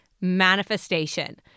manifestation